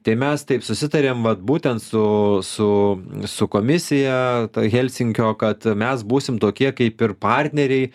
tai mes taip susitarėm vat būtent su su su komisija ta helsinkio kad mes būsim tokie kaip ir partneriai